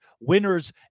winners